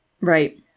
Right